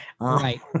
Right